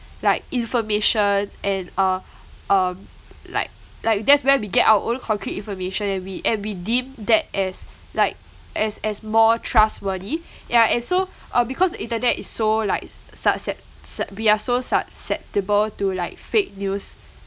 like information and uh um like like that's where we get our own concrete information and we and we deem that as like as as more trustworthy yeah and so uh because the internet is so like s~ suscep~ cep~ we are so susceptible to like fake news